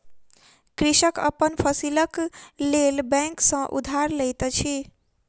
कृषक अपन फसीलक लेल बैंक सॅ उधार लैत अछि